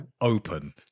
open